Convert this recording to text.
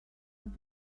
have